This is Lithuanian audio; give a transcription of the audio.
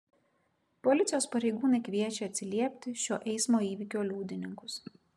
policijos pareigūnai kviečia atsiliepti šio eismo įvykio liudininkus